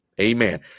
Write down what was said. Amen